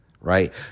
right